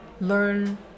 learn